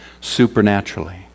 supernaturally